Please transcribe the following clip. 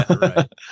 right